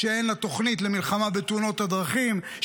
שאין לה תוכנית למלחמה בתאונות הדרכים,